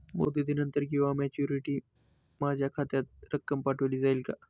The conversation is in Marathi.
मुदतीनंतर किंवा मॅच्युरिटी माझ्या खात्यात रक्कम पाठवली जाईल का?